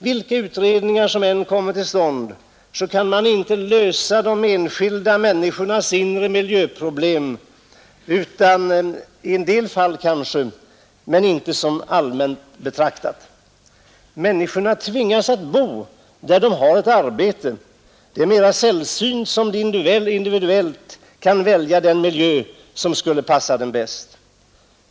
Vilka utredningar som än kommer till stånd kan man inte lösa de enskilda människornas inre miljöproblem — kanske i en del fall, men inte som allmän regel. Människorna tvingas exempelvis att bo där de har ett arbete. Det är mera sällsynt att de individuellt kan välja den miljö som skulle passa dem bäst.